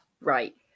Right